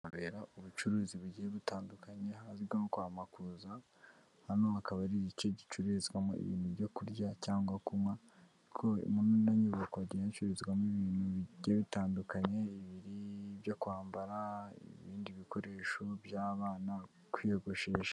Ahabera ubucuruzi bugiye butandukanye, hazwimo kwa Makuza, hano hakaba ari igice gicuruzwamo ibintu ibyo kurya cyangwa kunywa, ko ino nyubako agenzwamo ibintu bijye bitandukanye bibiri byo kwambara ibindi bikoresho by'abana kwiyogoshesha.